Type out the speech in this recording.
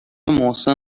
محسن